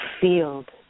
field